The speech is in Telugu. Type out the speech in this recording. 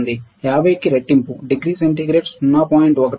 50 కి రెట్టింపు డిగ్రీ సెంటీగ్రేడ్ 0